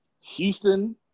Houston